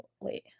Wait